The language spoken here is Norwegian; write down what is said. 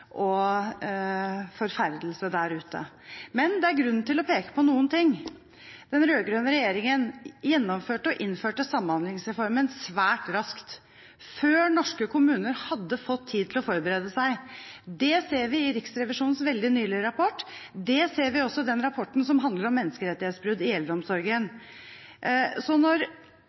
og forferdelse der ute. Men det er grunn til å peke på noen ting. Den rød-grønne regjeringen gjennomførte og innførte Samhandlingsreformen svært raskt, før norske kommuner hadde fått tid til å forberede seg. Det ser vi i Riksrevisjonens veldig nylige rapport. Det ser vi også i den rapporten som handler om menneskerettighetsbrudd i eldreomsorgen. Så når